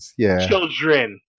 Children